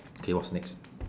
okay what's next